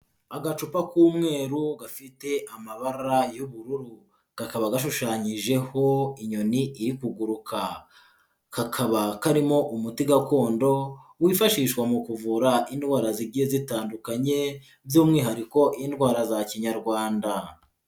Agacupa k'umweru gafite amabara y'ubururu, kakaba gashushanyijeho inyoni iri kuguruka, kakaba karimo umuti gakondo wifashishwa mu kuvura indwara zigiye zitandukanye, by'umwihariko indwara za kinyarwanda.